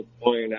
point